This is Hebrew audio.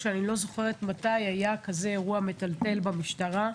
שאני לא זוכרת מתי היה אירוע כזה מטלטל במשטרה.